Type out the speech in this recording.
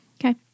Okay